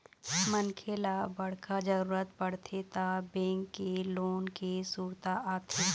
मनखे ल बड़का जरूरत परथे त बेंक के लोन के सुरता आथे